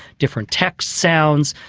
different text sounds,